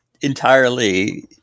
entirely